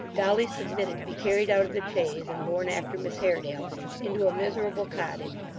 dolly submitted to be carried out of the chaise, and borne after miss haredale into a miserable cottage,